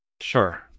Sure